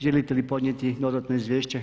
Želite li podnijeti dodatno izvješće?